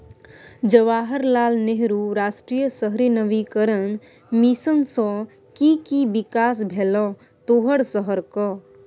जवाहर लाल नेहरू राष्ट्रीय शहरी नवीकरण मिशन सँ कि कि बिकास भेलौ तोहर शहरक?